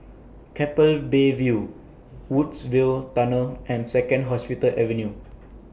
Keppel Bay View Woodsville Tunnel and Second Hospital Avenue